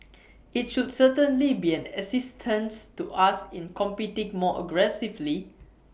IT should certainly be an assistance to us in competing more aggressively